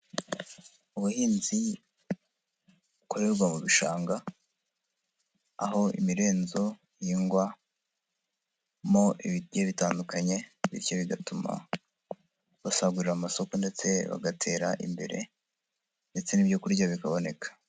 Ubuhinzi bukorerwa mu bishanga, aho imirenzo yugwamo ibiti bitandukanye, bityo bigatuma basagurira amasoko ndetse bagatera imbere, ndetse n'ibyo kurya bikaboneka.